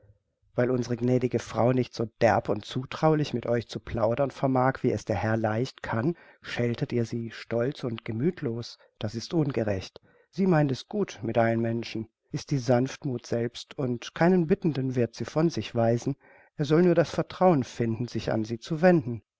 weil unsere gnädige frau nicht so derb und zutraulich mit euch zu plaudern vermag wie es der herr leicht kann scheltet ihr sie stolz und gemüthlos das ist ungerecht sie meint es gut mit allen menschen ist die sanftmuth selbst und keinen bittenden wird sie von sich weisen er soll nur das vertrauen finden sich an sie zu wenden